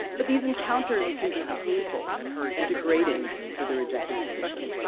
but these encounters can be painful and degrading for the rejected physician,